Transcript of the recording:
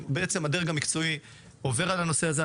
הדרג המקצועי עובר על הנושא הזה.